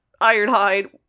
Ironhide